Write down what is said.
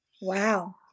Wow